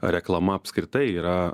reklama apskritai yra